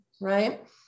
right